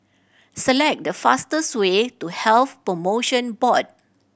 select the fastest way to Health Promotion Board